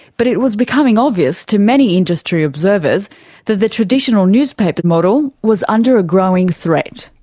but it was becoming obvious to many industry observers that the traditional newspaper model was under a growing threat.